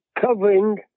covering